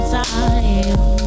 time